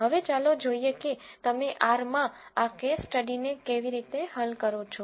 હવે ચાલો જોઈએ કે તમે R માં આ કેસ સ્ટડીને કેવી રીતે હલ કરો છો